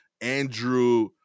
Andrew